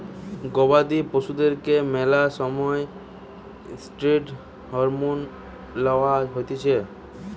গবাদি পশুদেরকে ম্যালা সময় ষ্টিরৈড হরমোন লওয়া হতিছে